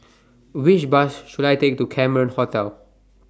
Which Bus should I Take to Cameron Hotel